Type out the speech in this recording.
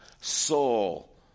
soul